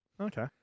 Okay